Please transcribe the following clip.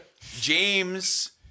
James